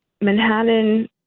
Manhattan